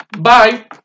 Bye